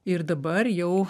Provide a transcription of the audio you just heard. ir dabar jau